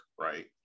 Right